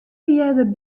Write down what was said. earder